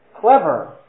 clever